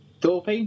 Thorpe